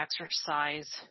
exercise